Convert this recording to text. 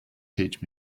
teach